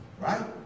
right